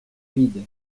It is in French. vide